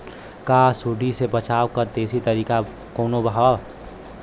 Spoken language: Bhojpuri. का सूंडी से बचाव क देशी तरीका कवनो बा?